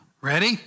Ready